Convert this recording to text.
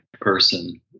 person